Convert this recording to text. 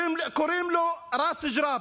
קוראים לו ראס ג'ראבה,